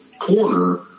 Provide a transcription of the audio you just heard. corner